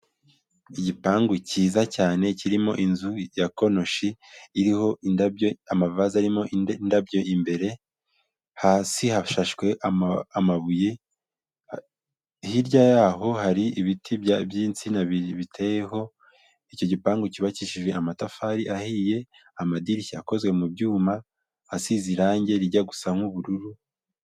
Igipangu cyiza cyane kirimo inzu ya konoshi, iriho indabyo, amavaze arimo indabyo imbere, hasi hashashwe amabuye, hirya yaho hari ibiti by'insina bibiri biteyeho, icyo gipangu cyubakishije amatafari ahiye, amadirishya akozwe mu byuma, asize irangi rijya gusa nk'ubururu,..